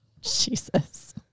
jesus